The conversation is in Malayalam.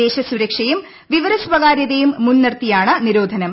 ദേശസുരക്ഷയും വിവര സ്വകാരൃതയും മുൻ നിർത്തിയാണ് നിരോധനം